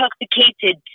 intoxicated